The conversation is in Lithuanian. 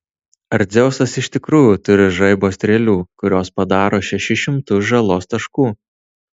ar dzeusas iš tikrųjų turi žaibo strėlių kurios padaro šešis šimtus žalos taškų